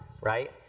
right